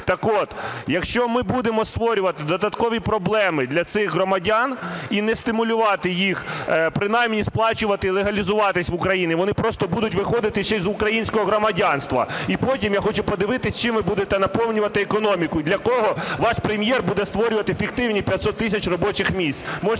Так от, якщо ми будемо створювати додаткові проблеми для цих громадян і не стимулювати їх принаймні сплачувати і легалізуватися в Україні, вони просто будуть виходити ще і з українського громадянства. І потім я хочу подивитися, чим ви будете наповнювати економіку, для кого ваш Прем'єр буде створювати фіктивні 500 тисяч робочих місць.